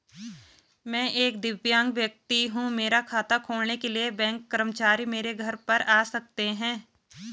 मैं एक दिव्यांग व्यक्ति हूँ मेरा खाता खोलने के लिए बैंक कर्मचारी मेरे घर पर आ सकते हैं?